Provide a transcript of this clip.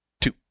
Two